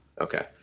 Okay